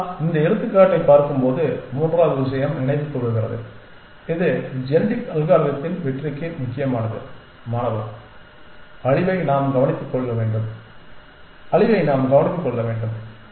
ஆனால் இந்த எடுத்துக்காட்டைப் பார்க்கும்போது மூன்றாவது விஷயம் நினைவுக்கு வருகிறது இது ஜெனடிக் அல்காரித்தின் வெற்றிக்கு முக்கியமானது மாணவர் அழிவை நாம் கவனித்துக் கொள்ள வேண்டும் அழிவை நாம் கவனித்துக் கொள்ள வேண்டும்